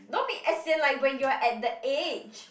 don't be as in like when you're at that age